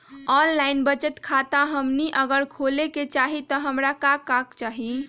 Online बचत खाता हमनी अगर खोले के चाहि त हमरा का का चाहि?